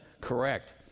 correct